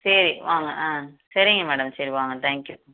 சரி வாங்க ஆ சரிங்க மேடம் சரி வாங்க தேங்க்யூ